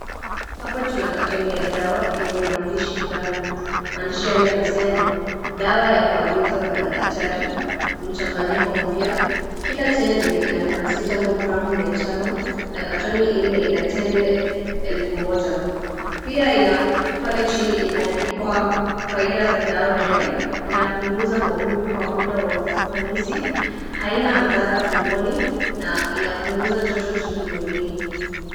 Hapa tuko na katoni ya dawa yenye maandishi fulani, maandishi yale yanasema dawa ya kuagizwa na daktari, mchanganyiko mpya, kila chembe ina paracitamol gramu mia tano, na katoni ile ina tembe elfu moja, pia ina, pale chini imeandikwa faida za dawa ile, inapunguza maumivu kwa muda wa ufanisi, haina madhara tumboni na inapunguza joto jingi mwilini.